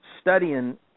Studying